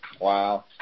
Wow